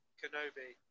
kenobi